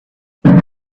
once